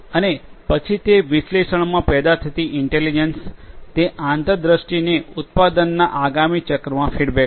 અને પછી તે વિશ્લેષણમાંથી પેદા થતી ઇન્ટેલિજન્સ તે આંતરદૃષ્ટિને ઉત્પાદનના આગામી ચક્રમાં ફીડબેક કરો